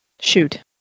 shoot